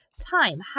time